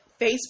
Facebook